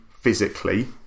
physically